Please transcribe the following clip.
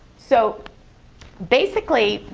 so basically,